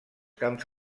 camps